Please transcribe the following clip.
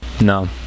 No